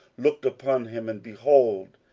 looked upon him, and, behold,